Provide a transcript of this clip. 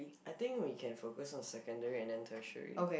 I think we can focus on secondary and then tertiary